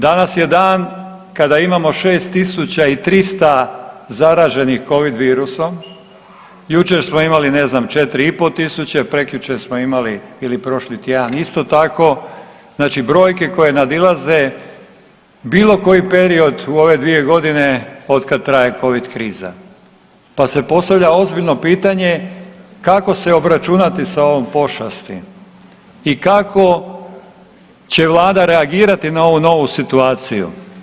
Danas je dan kada imamo 6300 zaraženih covid virusom, jučer smo imali ne znam 4500, prekjučer smo imali ili prošli tjedan isto tako, znači brojke koje nadizale bilo koji period u ove 2.g. otkad traje covid kriza, pa se postavlja ozbiljno pitanje kako se obračunati sa ovom pošasti i kako će vlada reagirati na ovu novu situaciju.